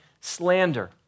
slander